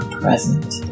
present